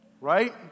Right